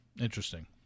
Interesting